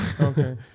Okay